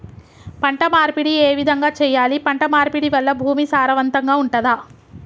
పంట మార్పిడి ఏ విధంగా చెయ్యాలి? పంట మార్పిడి వల్ల భూమి సారవంతంగా ఉంటదా?